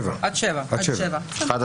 7-1,